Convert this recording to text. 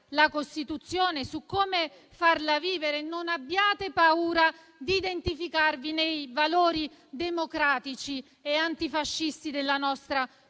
la Costituzione. Non abbiate paura di identificarvi nei valori democratici e antifascisti della nostra